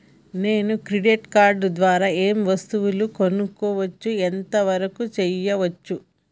నేను credit card ద్వారా ఏం వస్తువులు కొనుక్కోవచ్చు ఎంత వరకు చేయవచ్చు?